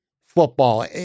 football